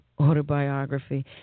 autobiography